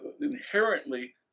inherently